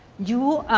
you,